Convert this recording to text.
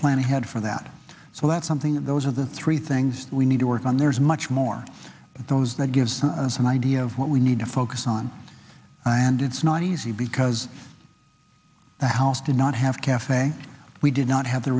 plan ahead for that so that's something those are the three things we need to work on there's much more of those that gives us an idea of what we need to focus on and it's not easy because the house did not have cafe we did not